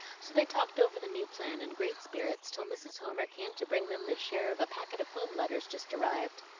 so they talked over the new plan in great spirits till mrs. homer came to bring them their share of a packet of home letters just arrived.